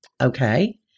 Okay